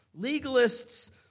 Legalists